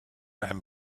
ein